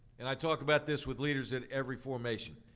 and i talk about this with leaders at every formation.